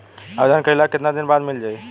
आवेदन कइला के कितना दिन बाद मिल जाई?